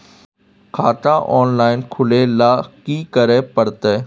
खाता ऑनलाइन खुले ल की करे परतै?